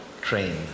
train